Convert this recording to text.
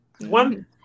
One